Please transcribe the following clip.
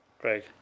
Greg